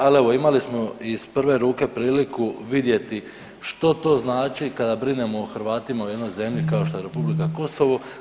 Ali evo imali smo iz prve ruke priliku vidjeti što to znači kada brinemo o Hrvatima u jednoj zemlji kao što je Republika Kosovo.